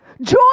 Joy